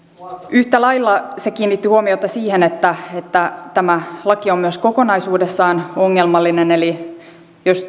yhtä lailla se kiinnitti huomiota siihen että että tämä laki on myös kokonaisuudessaan ongelmallinen eli jos